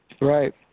Right